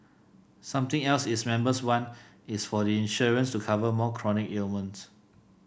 something else its members want is for the insurance to cover more chronic ailments